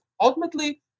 ultimately